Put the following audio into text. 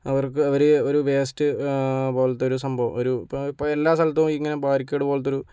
അവർക്ക് അവര് ഒരു വേസ്റ്റ് പോലത്തൊരു സംഭവം ഒരു ഇപ്പം ഇപ്പം എല്ലാ സ്ഥലത്തും ഇങ്ങനെ ബാരിക്കേഡ് പോലെത്തൊരു